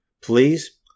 please